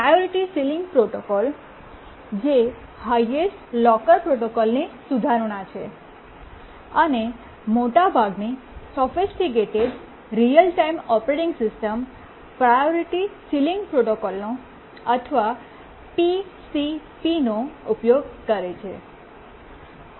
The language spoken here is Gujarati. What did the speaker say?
પ્રાયોરિટી સીલીંગ પ્રોટોકોલ જે હાયેસ્ટ લોકર પ્રોટોકોલની સુધારણા છે અને મોટાભાગની sophisticated real time operating systems priority ceiling પ્રોટોકોલનો અથવા PCP નો ઉપયોગ કરે છે